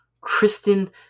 Kristen